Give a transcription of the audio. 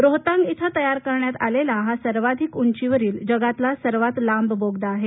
रोहतांग इथं तयार करण्यात आलेला हा सर्वाधिक उंचीवरील जगातला सर्वात लांब बोगदा आहे